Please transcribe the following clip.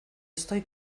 estoy